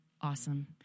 awesome